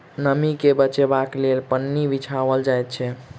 नमीं के बचयबाक लेल पन्नी बिछाओल जाइत छै